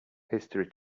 history